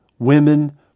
women